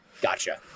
Gotcha